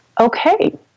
Okay